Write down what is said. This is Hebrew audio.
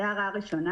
זו הערה ראשונה.